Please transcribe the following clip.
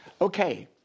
Okay